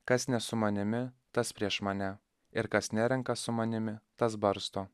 kas ne su manimi tas prieš mane ir kas nerenka su manimi tas barsto